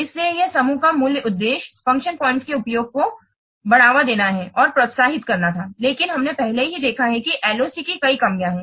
इसलिए इस समूह का मूल उद्देश्य फ़ंक्शन पॉइंट्स के उपयोग को बढ़ावा देना और प्रोत्साहित करना था क्योंकि हमने पहले ही देखा है कि LOC में कई कमियां हैं